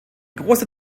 großer